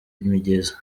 imigezi